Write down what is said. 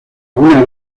una